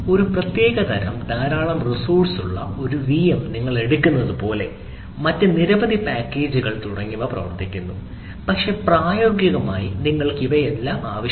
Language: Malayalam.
ഒരു പ്രത്യേക തരം ധാരാളം റിസോഴ്സ്കൾ ഉള്ള ഒരു വിഎം നിങ്ങൾ എടുക്കുന്നതുപോലെ മറ്റ് നിരവധി പാക്കേജുകൾ തുടങ്ങിയവ പ്രവർത്തിക്കുന്നു പക്ഷേ പ്രായോഗികമായി നിങ്ങൾക്ക് ഇവയെല്ലാം ആവശ്യമില്ല